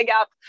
up